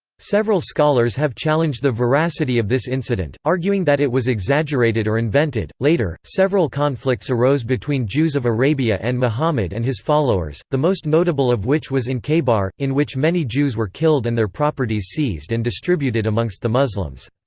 several scholars have challenged the veracity of this incident, arguing that it was exaggerated or invented later, several conflicts arose between jews of arabia and muhammad and his followers, the most notable of which was in khaybar, in which many jews were killed and their properties seized and distributed amongst the muslims.